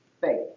faith